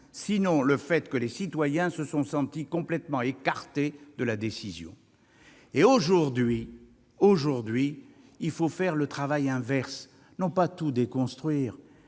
sinon le discrédit. Et les citoyens se sont sentis complètement écartés de la décision ! Tout à fait ! Aujourd'hui, il faut faire le travail inverse, non pas tout déconstruire